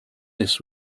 this